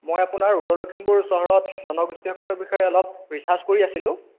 মই আপোনাৰ উত্তৰ লখিমপুৰ চহৰত জনগোষ্ঠীসকলৰ বিষয়ে অলপ ৰিছাৰ্চ কৰি আছিলোঁ